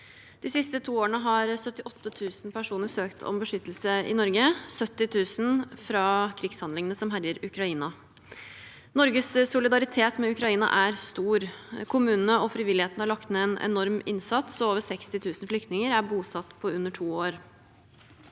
De siste to årene har 78 000 personer søkt om beskyttelse i Norge, 70 000 av disse fra krigshandlingene som herjer Ukraina. Norges solidaritet med Ukraina er stor. Kommunene og frivilligheten har lagt ned en enorm innsats, og over 60 000 flyktninger er bosatt på under to år.